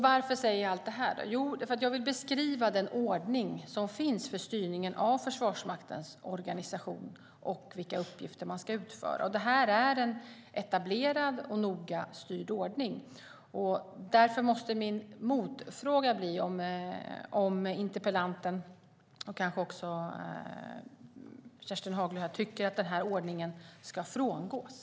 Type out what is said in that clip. Varför säger jag då allt detta? Jo, för att jag vill beskriva den ordning som finns för styrningen av Försvarsmaktens organisation och vilka uppgifter de ska utföra. Det är en etablerad och noga styrd ordning. Därför måste min motfråga bli om interpellanten, och kanske även Kerstin Haglö, tycker att den ordningen ska frångås.